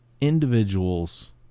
individuals